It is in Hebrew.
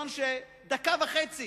כיוון שדקה וחצי